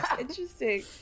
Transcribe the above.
Interesting